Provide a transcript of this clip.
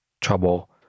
trouble